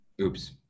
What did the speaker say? Oops